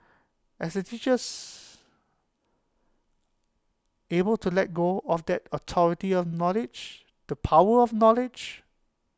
as teachers able to let go of that authority of knowledge the power of knowledge